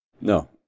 No